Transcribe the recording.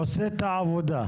הוא עושה את העבודה.